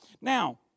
Now